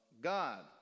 God